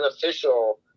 beneficial